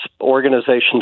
organizations